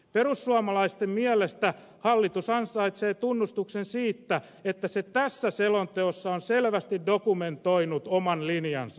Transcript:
perussuomalaisten mielestä hallitus ansaitsee tunnustuksen siitä että se tässä selonteossa selvästi on dokumentoinut oman linjansa